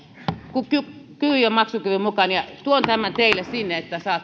kyvyn ja maksukyvyn mukaan tuon tämän teille sinne että